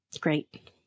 Great